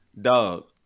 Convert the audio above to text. dog